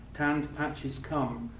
tanned patches come,